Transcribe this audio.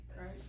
Right